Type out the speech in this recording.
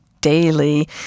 daily